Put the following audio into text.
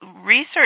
Research